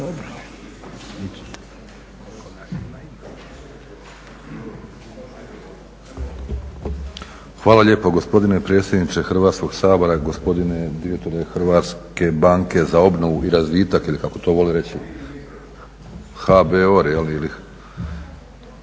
Hvala lijepo gospodine predsjedniče Hrvatskog sabora. Gospodine direktore Hrvatske banke za obnovu i razvitak ili kako to vole reći HBOR, sa